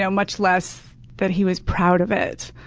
yeah much less that he was proud of it.